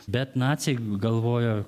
bet naciai galvojo